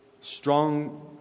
Strong